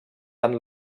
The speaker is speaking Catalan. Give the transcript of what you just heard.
tant